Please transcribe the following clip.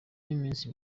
y’iminsi